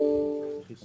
גם לגבי הנזק